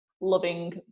loving